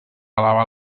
elevar